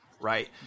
right